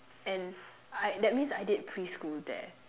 and I that means I did preschool there